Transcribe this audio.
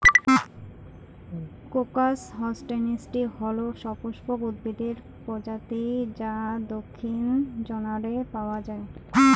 crocus হসকনেইচটি হল সপুষ্পক উদ্ভিদের প্রজাতি যা দক্ষিণ জর্ডানে পাওয়া য়ায়